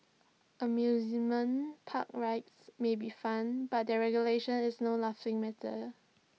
amusement park rides may be fun but their regulation is no laughing matter